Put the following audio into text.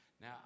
Now